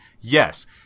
yes